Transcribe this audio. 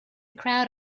crowd